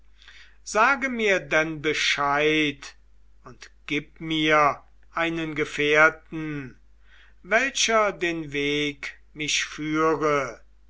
sage mir denn bescheid und gib mir einen gefährten welcher den weg mich führe